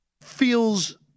Feels